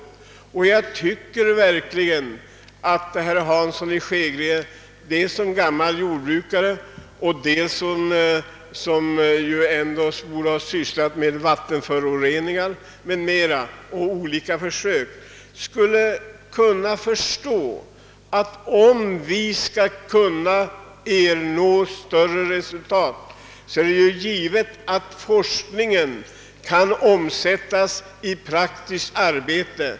Jag tycker verkligen att herr Hansson i Skegrie som dels är gammal jordbrukare och dels väl har erfarenhet av vattenföroreningsproblem borde förstå, att om man skall uppnå bättre resultat måste forskningen kunna omsättas i praktiskt arbete.